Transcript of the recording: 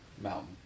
mountain